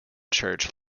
church